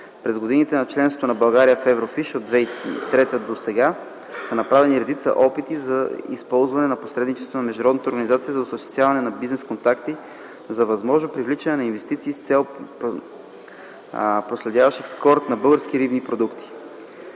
През годините на членство на България в Еврофиш, от 2003 г. до сега, са направена редица опити за използване посредничеството на международната организация за осъществяване на бизнес контакти за възможно привличане на инвестиции с цел последващ експорт на български рибни продукти.